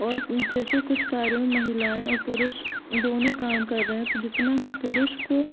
और जैसे कुछ कार्यों में महिलाऍं और पुरुष दोनों काम कर रहे हैं तो जितना हम पुरुष को